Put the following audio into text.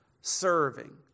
serving